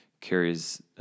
carries